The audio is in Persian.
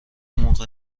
موقع